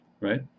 right